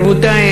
רבותי,